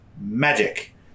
magic